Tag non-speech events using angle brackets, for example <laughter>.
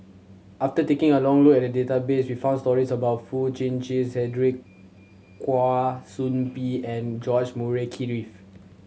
after taking a long look at the database we found stories about Foo Chee <unintelligible> Cedric Kwa Soon Bee and George Murray Key Reith